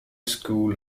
school